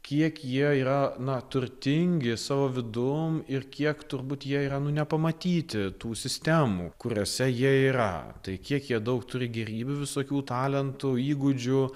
kiek jie yra na turtingi savo vidum ir kiek turbūt jie yra nu nepamatyti tų sistemų kuriose jie yra tai kiek jie daug turi gėrybių visokių talentų įgūdžių